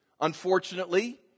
unfortunately